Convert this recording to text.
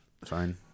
Fine